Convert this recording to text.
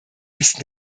ist